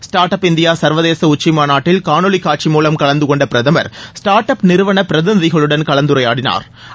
start up India சா்வதேச உச்சிமாநாட்டில் காணொலி காட்சி மூலம் கலந்து கொண்ட பிரதமா் ஸ்டாா்ட் அப் நிறுவன பிரதிநிதிகளுடன் கலந்துரையாடினாா்